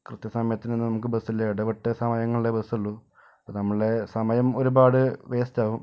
കൃത്യ സമയത്ത് ഒന്നും നമുക്ക് ബസ്സില്ല ഇടവിട്ട സമയങ്ങളിലെ ബസ് ഉള്ളൂ അപ്പം നമ്മള് സമയം ഒരുപാട് വേസ്റ്റ് ആകും